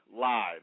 live